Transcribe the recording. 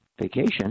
vacation